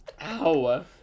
Ow